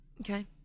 Okay